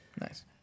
Nice